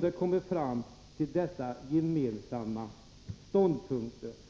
kunnat komma fram till dessa gemensamma ståndpunkter.